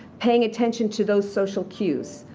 paying attention to those social cues.